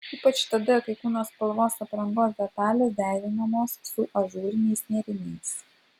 ypač tada kai kūno spalvos aprangos detalės derinamos su ažūriniais nėriniais